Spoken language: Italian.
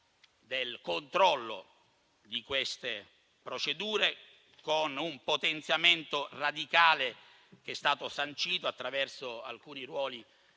del controllo di queste procedure, con un potenziamento radicale, sancito attraverso alcuni ruoli